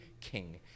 king